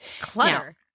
Clutter